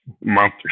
month